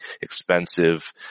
expensive